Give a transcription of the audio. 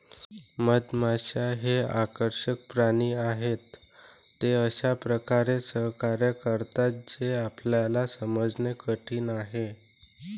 मधमाश्या हे आकर्षक प्राणी आहेत, ते अशा प्रकारे सहकार्य करतात जे आपल्याला समजणे कठीण आहे